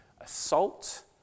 assault